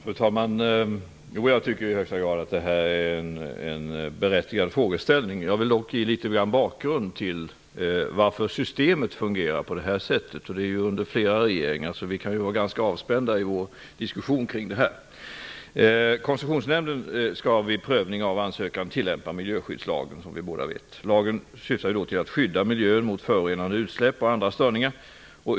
Fru talman! Jag tycker att det är en i högsta grad berättigad frågeställning. Jag vill dock ge litet av bakgrunden till varför systemet fungerar på det här sättet. Ärendet har behandlats under flera regeringar, så vi kan vara ganska avspända i vår diskussion. Koncessionsnämnden skall vid prövning av ansökan tillämpa miljöskyddslagen. Lagen syftar till att skydda miljön mot förorenande utsläpp och andra störningar.